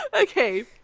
Okay